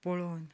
पळोवन